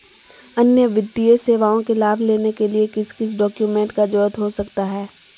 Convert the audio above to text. अन्य वित्तीय सेवाओं के लाभ लेने के लिए किस किस डॉक्यूमेंट का जरूरत हो सकता है?